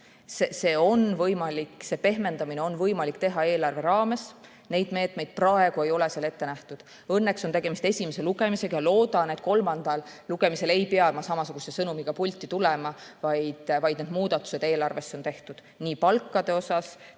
See on võimalik, see pehmendamine on võimalik eelarvevahendeid kasutades, aga neid meetmeid praegu ei ole seal ette nähtud. Õnneks on tegemist esimese lugemisega ja ma loodan, et kolmandal lugemisel ei pea ma samasuguse sõnumiga pulti tulema, vaid vajalikud muudatused on eelarves tehtud nii palkade osas,